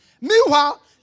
Meanwhile